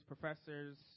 professors